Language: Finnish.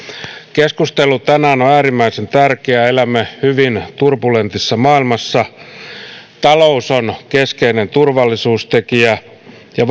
keskustelu tänään on äärimmäisen tärkeä elämme hyvin turbulentissa maailmassa talous on keskeinen turvallisuustekijä ja